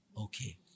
Okay